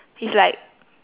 is like